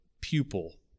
pupil